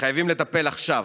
חייבים לטפל עכשיו,